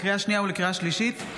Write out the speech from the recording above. לקריאה שנייה ולקריאה שלישית: